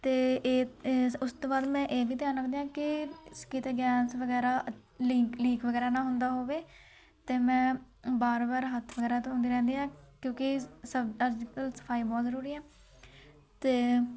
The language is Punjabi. ਅਤੇ ਇਹ ਇਹ ਉਸ ਤੋਂ ਬਾਅਦ ਮੈਂ ਇਹ ਵੀ ਧਿਆਨ ਰੱਖਦੀ ਹਾਂ ਕਿ ਸ ਕਿਤੇ ਗੈਸ ਵਗੈਰਾ ਲਿੰਕ ਲੀਕ ਵਗੈਰਾ ਨਾ ਹੁੰਦਾ ਹੋਵੇ ਅਤੇ ਮੈਂ ਬਾਰ ਬਾਰ ਹੱਥ ਵਗੈਰਾ ਧੋਂਦੀ ਰਹਿੰਦੀ ਹਾਂ ਕਿਉਂਕਿ ਸ ਅੱਜ ਕੱਲ੍ਹ ਸਫਾਈ ਬਹੁਤ ਜ਼ਰੂਰੀ ਆ ਅਤੇ